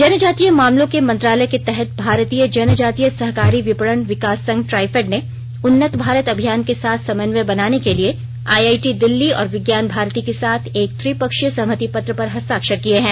जनजातीय मामलों के मंत्रालय के तहत भारतीय जनजातीय सहकारी विपणन विकास संघ ट्राइफेड ने उन्नत भारत अभियान के साथ समन्वय बनाने के लिए आईआईटी दिल्ली और विज्ञान भारती के साथ एक त्रिपक्षीय सहमति पत्र पर हस्ताक्षर किए हैं